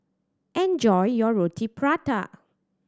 enjoy your Roti Prata